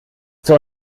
zur